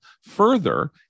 further